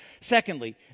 Secondly